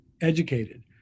educated